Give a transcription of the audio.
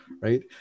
right